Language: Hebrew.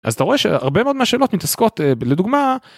אז אתה רואה שהרבה מאוד מהשאלות מתעסקות אה... לדוגמה...